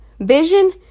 Vision